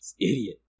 Idiot